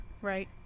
Right